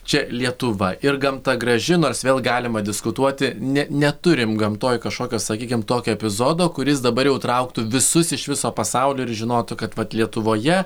čia lietuva ir gamta graži nors vėl galima diskutuoti ne neturim gamtoj kažkokio sakykim tokio epizodo kuris dabar jau trauktų visus iš viso pasaulio ir žinotų kad vat lietuvoje